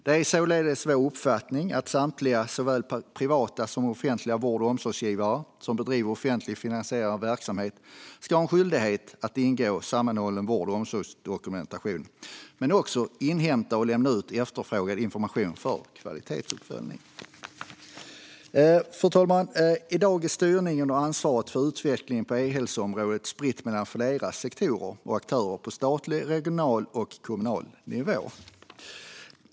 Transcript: Det är således vår uppfattning att samtliga såväl privata som offentliga vård och omsorgsgivare som bedriver offentligt finansierad verksamhet ska ha en skyldighet att ingå i sammanhållen vård och omsorgsdokumentation men också inhämta och lämna ut efterfrågad information för kvalitetsuppföljning. Fru talman! I dag är styrningen av och ansvaret för utvecklingen på e-hälsoområdet spritt mellan flera sektorer och aktörer på statlig, regional och kommunal nivå.